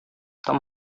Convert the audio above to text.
tom